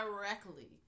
directly